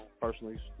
Personally